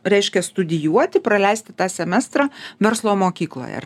reiškia studijuoti praleisti tą semestrą verslo mokykloj ar